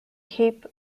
cape